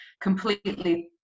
completely